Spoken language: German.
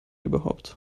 überhaupt